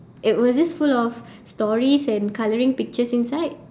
it was just full of stories and colouring pictures inside